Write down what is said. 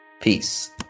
Peace